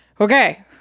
Okay